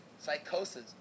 Psychosis